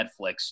netflix